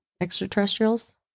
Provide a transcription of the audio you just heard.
extraterrestrials